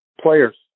players